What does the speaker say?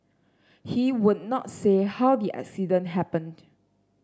he would not say how the accident happened